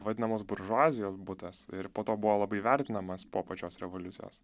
vadinamos buržuazijos butas ir po to buvo labai vertinamas po pačios revoliucijos